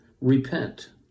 Repent